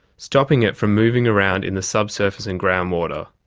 stopping it from moving around in the subsurface and groundwater.